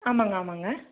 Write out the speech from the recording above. ஆமாங்க ஆமாங்க